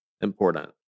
important